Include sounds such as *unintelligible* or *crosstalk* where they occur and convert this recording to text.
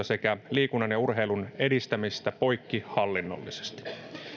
*unintelligible* sekä liikunnan ja urheilun edistämiseen poikkihallinnollisesti